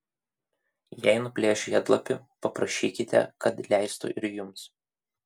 jei nuplėš žiedlapį paprašykite kad leistų ir jums